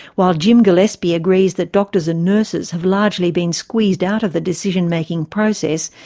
while james gillespie agrees that doctors and nurses have largely been squeezed out of the decision-making process,